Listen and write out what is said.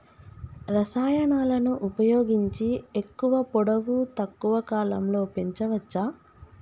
రసాయనాలను ఉపయోగించి ఎక్కువ పొడవు తక్కువ కాలంలో పెంచవచ్చా?